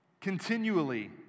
Continually